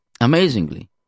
amazingly